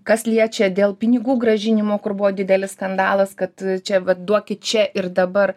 kas liečia dėl pinigų grąžinimų kur buvo didelis skandalas kad čia vat duokit čia ir dabar